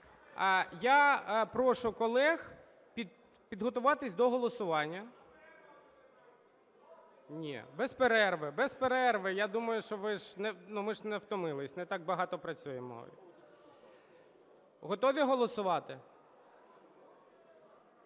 Я прошу колег підготуватись до голосування. Ні, без перерви, без перерви. Я думаю, що ви ж… ну, ми ж не втомились, не так багато працюємо. Готові голосувати?